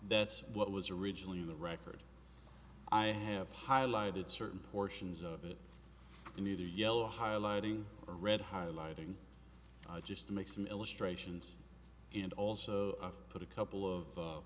that's what was originally in the record i have highlighted certain portions of it in either yellow highlighting or red highlighting i'll just make some illustrations and also put a couple of